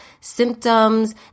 symptoms